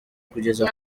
kugeza